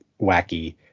wacky